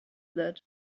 that